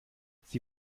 sie